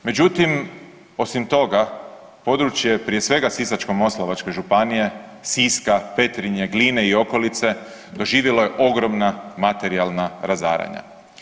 Međutim, osim toga, područje, prije svega Sisačko-moslavačke županije, Siska, Petrinje, Gline i okolice doživjela je ogromna materijalna razaranja.